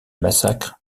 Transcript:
massacres